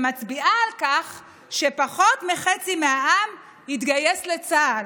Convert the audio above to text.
שמצביעה על כך שפחות מחצי מהעם יתגייס לצה"ל.